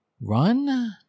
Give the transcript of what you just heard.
Run